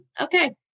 okay